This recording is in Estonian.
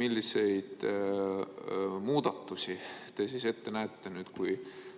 milliseid muudatusi te näete ette nüüd, kui